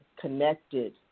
connected